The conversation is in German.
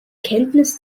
kenntnis